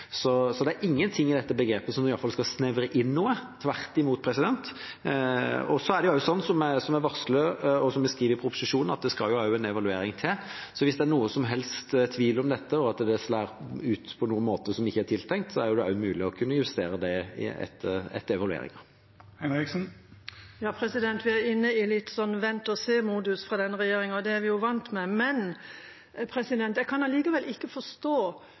Det er ingenting i dette begrepet som skal snevre inn noe – tvert imot. Det er også sånn at det skal en evaluering til, som jeg varsler og skriver om i proposisjonen, så hvis det er noen som helst tvil om dette, og det slår ut på noen måte som ikke er tiltenkt, er det mulig å kunne justere det etter evalueringen. Vi er inne i en vente-og-se-modus fra denne regjeringa, og det er vi jo vant med. Likevel kan jeg ikke forstå hvorfor det skal brukes et nytt begrep, som ikke